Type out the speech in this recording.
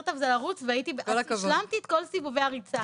יותר טוב זה לרוץ והשלמתי את כל סיבובי הריצה גם.